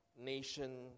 nation